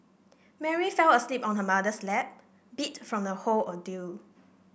Mary fell asleep on her mother's lap beat from the whole ordeal